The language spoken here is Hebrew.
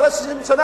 אחרי 60 שנה,